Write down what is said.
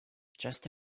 just